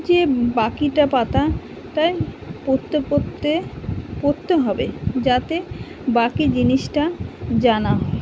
যে বাকিটা পাতাটায় পড়তে পড়তে পড়তে হবে যাতে বাকি জিনিসটা জানা হয়